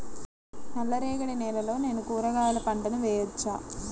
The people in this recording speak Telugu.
నల్ల రేగడి నేలలో నేను కూరగాయల పంటను వేయచ్చా?